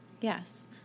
Yes